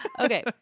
Okay